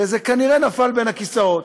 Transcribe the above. וזה כנראה נפל בין הכיסאות,